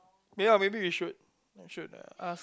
may ya maybe we should we should uh ask